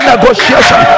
Negotiation